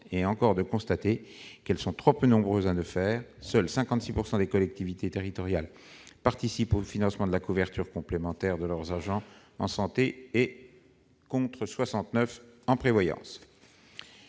est encore de constater qu'elles sont trop peu nombreuses à le faire : seulement 56 % des collectivités territoriales participent au financement de la couverture complémentaire de leurs agents en santé, contre 69 % en prévoyance.